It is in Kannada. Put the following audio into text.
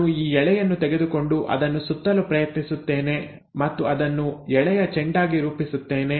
ನಾನು ಈ ಎಳೆಯನ್ನು ತೆಗೆದುಕೊಂಡು ಅದನ್ನು ಸುತ್ತಲು ಪ್ರಯತ್ನಿಸುತ್ತೇನೆ ಮತ್ತು ಅದನ್ನು ಎಳೆಯ ಚೆಂಡಾಗಿ ರೂಪಿಸುತ್ತೇನೆ